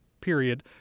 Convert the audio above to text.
period